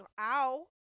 Ow